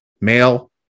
male